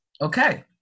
okay